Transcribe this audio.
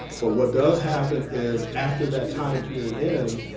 but what does happen is after that time period ends,